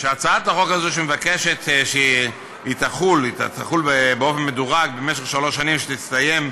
שהצעת החוק הזאת מבקשת שהיא תוחל באופן מדורג במשך שלוש שנים שיסתיימו